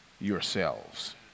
yourselves